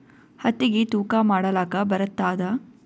ಹತ್ತಿಗಿ ತೂಕಾ ಮಾಡಲಾಕ ಬರತ್ತಾದಾ?